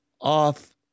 off